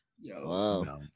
yo